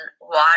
water